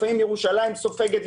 לפעמים ירושלים סופגת,